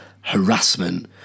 harassment